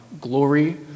glory